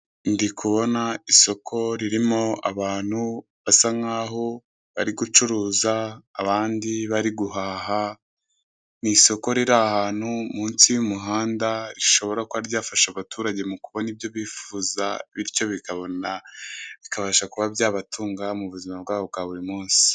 Ndi kubona isoko ririmo abantu basa nk'aho bari gucuruza, abandi bari guhaha, ni isoko riri ahantu mu nzi y'umuhanda rishobora kuba ryafasha abaturage mu kubona ibyo bifuza, bityo bikabona, bikabasha kuba byabatunga mu buzima bwabo bwa buri munsi.